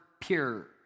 pure